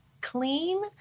clean